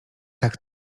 tak